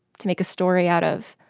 to make a story out of.